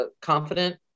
confident